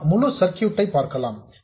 நாம் முழு சர்க்யூட் ஐ பார்க்கலாம்